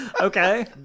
okay